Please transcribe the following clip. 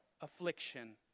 affliction